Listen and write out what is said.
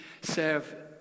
serve